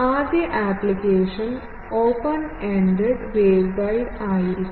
ആദ്യ application open end waveguide ആയിരിക്കും